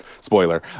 Spoiler